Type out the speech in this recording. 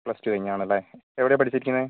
plus two കഴിഞ്ഞതാണല്ലേ എവിടെയാണ് പഠിച്ചിരിക്കുന്നത്